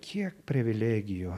kiek privilegijų